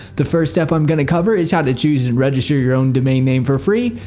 the first step i'm going to cover is how to choose and register your own domain name for free.